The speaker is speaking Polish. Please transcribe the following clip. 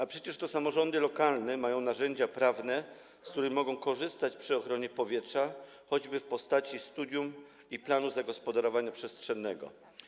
A przecież to samorządy lokalne mają narzędzia prawne, z których mogą korzystać przy ochronie powietrza, choćby w postaci studium i planu zagospodarowania przestrzennego.